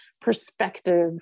perspective